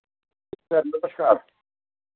sir नमस्कार